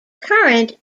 current